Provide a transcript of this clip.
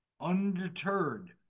undeterred